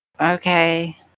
Okay